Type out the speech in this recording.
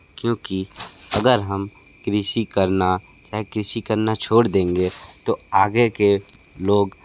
क्योंकि अगर हम कृषि करना चाहे कृषि करना छोड़ देंगे तो आगे के लोग